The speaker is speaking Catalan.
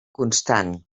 constant